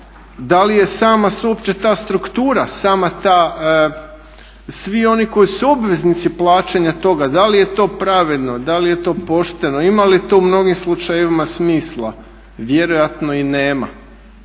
da li je sama se uopće ta struktura, sama ta, svi oni koji su obveznici plaćanja toga, da li je to pravedno, da li je to pošteno, ima li to u mnogim slučajevima smisla, vjerojatno i nema